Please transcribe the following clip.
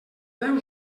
deu